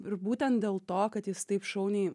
ir būtent dėl to kad jis taip šauniai